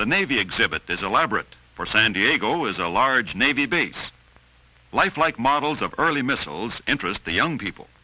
the navy exhibit this elaborate for san diego is a large navy base lifelike models of early missiles interest the young people